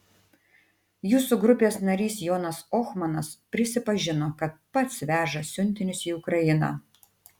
jūsų grupės narys jonas ohmanas prisipažino kad pats veža siuntinius į ukrainą